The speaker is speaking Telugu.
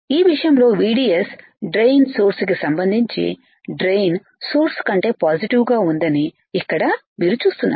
ఈ విషయంలోVDS డ్రైన్ సోర్స్ కి సంబంధించి డ్రైన్ సోర్స్ కంటే పాజిటివ్ గా ఉందని ఇక్కడ మీరు చూస్తున్నారు